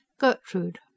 Gertrude